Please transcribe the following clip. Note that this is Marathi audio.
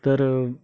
तर